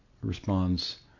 responds